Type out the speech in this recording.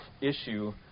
issue